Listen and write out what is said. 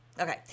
okay